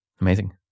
Amazing